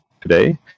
today